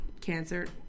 cancer